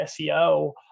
SEO